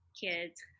kids